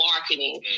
marketing